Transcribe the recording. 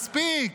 מספיק.